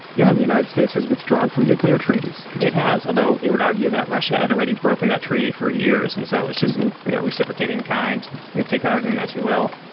yeah and the united states has withdrawn from nuclear treaties it has although it would argue that russia had already broken that treaty for years and so it's just not reciprocating kind take that argument as he will